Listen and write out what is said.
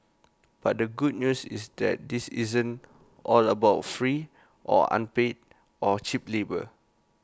but the good news is that this isn't all about free or unpaid or cheap labour